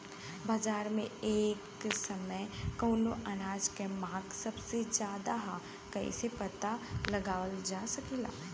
बाजार में एक समय कवने अनाज क मांग सबसे ज्यादा ह कइसे पता लगावल जा सकेला?